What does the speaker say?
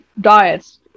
diets